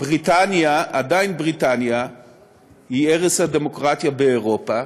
בריטניה היא ערש הדמוקרטיה באירופה,